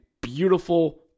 beautiful